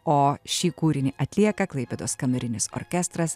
o šį kūrinį atlieka klaipėdos kamerinis orkestras